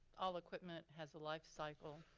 all equipment has a life cycle.